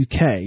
UK